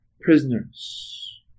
prisoners